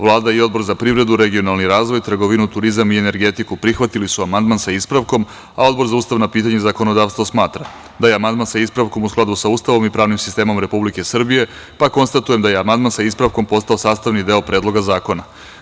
Vlada i Odbor za privredu, regionalni razvoj, trgovinu, turizam i energetiku, prihvatili su amandman sa ispravkom, a Odbor za ustavna pitanja i zakonodavstvo, smatra da je amandman sa ispravkom u skladu sa Ustavom i pravnim sistemom Republike Srbije, pa konstatujem da je amandman sa ispravkom postao sastavni deo Predloga zakona.